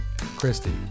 Christy